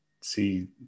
see